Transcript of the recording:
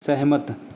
ਸਹਿਮਤ